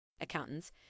Accountants